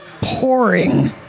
pouring